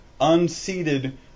unseated